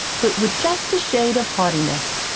but with just a shade of haughtiness,